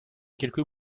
quelques